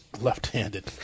left-handed